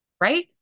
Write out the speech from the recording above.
Right